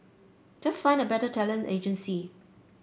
just find a better talent agency